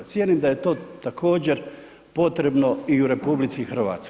Cijenim da je to također potrebno i u RH.